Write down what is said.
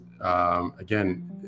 Again